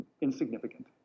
insignificant